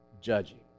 judging